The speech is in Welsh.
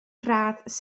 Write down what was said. gradd